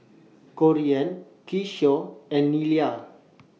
Corean Keyshawn and Nyla